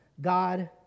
God